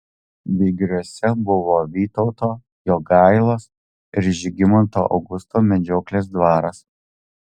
vygriuose buvo vytauto jogailos ir žygimanto augusto medžioklės dvaras